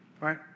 Right